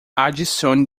adicione